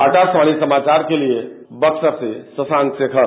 आकाशवाणी समाचार के लिए बक्सर से शशांक शेखर